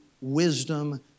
wisdom